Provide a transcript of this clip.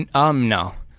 and um no.